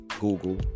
Google